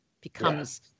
becomes